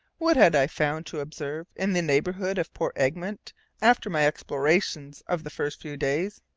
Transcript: what had i found to observe in the neighbourhood of port egmont after my explorations of the first few days?